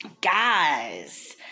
Guys